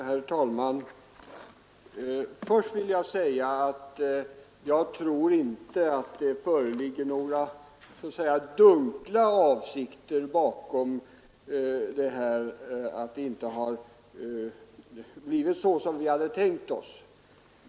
Herr talman! Först vill jag säga att jag inte tror att det ligger några dunkla avsikter bakom det förhållandet att det inte blivit såsom vi tänkt oss.